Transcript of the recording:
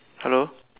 hello